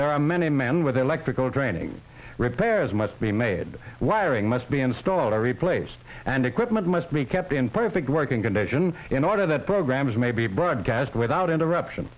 there are many men with electrical training repairs must be made wiring must be installed are replaced and equipment must be kept in perfect working condition in order that programs may be broadcast without interruption